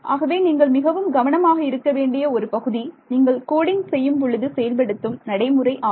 ஆகவே நீங்கள் மிகவும் கவனமாக இருக்க வேண்டிய ஒரு பகுதி நீங்கள் கோடிங் செய்யும்பொழுது செயல்படுத்தும் நடைமுறை ஆகும்